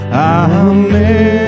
amen